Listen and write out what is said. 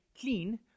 clean